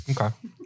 Okay